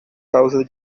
causa